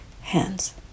hands